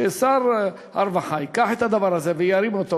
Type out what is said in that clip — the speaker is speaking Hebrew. ששר הרווחה ייקח את הדבר הזה וירים אותו.